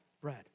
bread